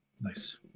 nice